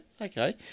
okay